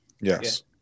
Yes